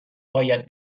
باید